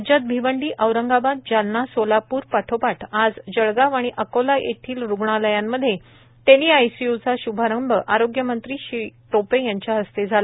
राज्यात भिवंडी औरंगाबाद जालना सोलापूर पाठोपाठ आज जळगाव आणि अकोला येथील रुग्णालयांमध्ये टेलीआयसीयूचा श्भारंभ आरोग्यमंत्री टोपे यांच्या हस्ते झाला